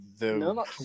no